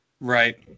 Right